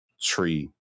tree